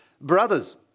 Brothers